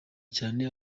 cyane